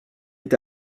est